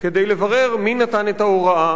כדי לברר מי נתן את ההוראה